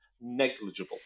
negligible